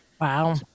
Wow